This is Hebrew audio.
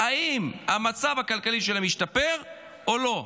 אם המצב הכלכלי שלהם השתפר או לא.